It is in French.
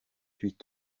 huit